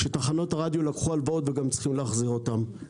כשתחנות רדיו לקחו הלוואות וגם צריכות להחזיר אותן?